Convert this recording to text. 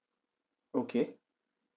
okay